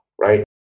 right